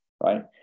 right